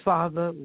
Father